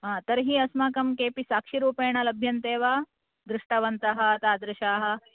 हा तर्हि अस्माकं केपि साक्षि रूपेण लभ्यन्ते वा दृष्टवन्तः तादृशाः